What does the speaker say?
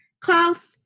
klaus